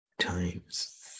times